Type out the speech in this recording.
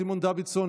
סימון דוידסון,